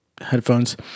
headphones